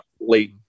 late